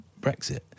Brexit